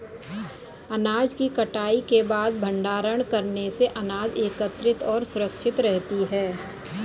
अनाज की कटाई के बाद भंडारण करने से अनाज एकत्रितऔर सुरक्षित रहती है